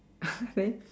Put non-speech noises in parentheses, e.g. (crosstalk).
(laughs) then